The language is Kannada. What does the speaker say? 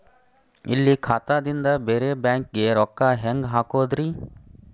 ಇಲ್ಲಿ ಖಾತಾದಿಂದ ಬೇರೆ ಬ್ಯಾಂಕಿಗೆ ರೊಕ್ಕ ಹೆಂಗ್ ಹಾಕೋದ್ರಿ?